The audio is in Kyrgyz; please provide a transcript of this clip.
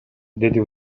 деди